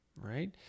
right